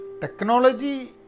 Technology